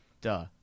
Duh